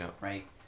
right